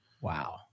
wow